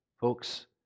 Folks